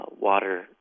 water